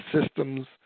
systems